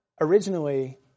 Originally